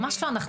ממש לא,